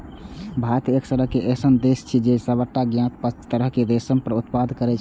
भारत एसगर एहन देश छियै, जे सबटा ज्ञात पांच तरहक रेशम के उत्पादन करै छै